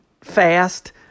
fast